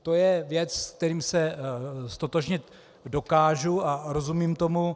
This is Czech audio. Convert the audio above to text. To je věc, se kterou se ztotožnit dokážu a rozumím tomu.